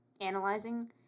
analyzing